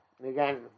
Again